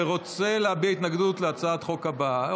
ורוצה להביע התנגדות להצעת החוק הבאה.